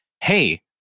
hey